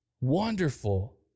wonderful